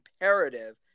imperative